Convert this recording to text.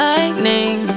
Lightning